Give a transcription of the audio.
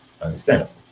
understandable